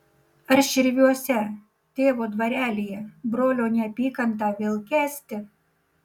ar širviuose tėvo dvarelyje brolio neapykantą vėl kęsti